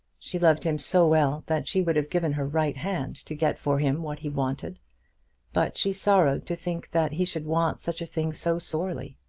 she loved him so well that she would have given her right hand to get for him what he wanted but she sorrowed to think that he should want such a thing so sorely.